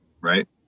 right